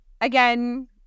again